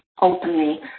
openly